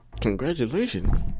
Congratulations